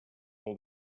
all